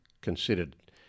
considered